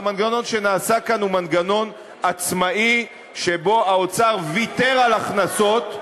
והמנגנון שנעשה כאן הוא מנגנון עצמאי שבו האוצר ויתר על הכנסות,